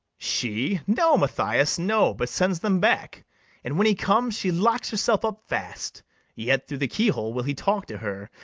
she! no, mathias, no, but sends them back and, when he comes, she locks herself up fast yet through the key-hole will he talk to her,